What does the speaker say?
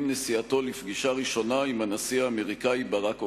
נסיעתו לפגישה ראשונה עם הנשיא האמריקני ברק אובמה.